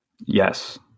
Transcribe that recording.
Yes